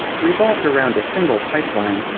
revolved around a single pipeline.